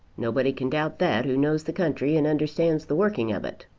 nobody can doubt that who knows the country and understands the working of it.